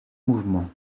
mouvement